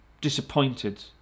disappointed